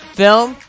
film